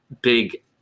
big